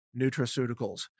nutraceuticals